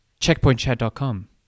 checkpointchat.com